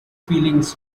feelings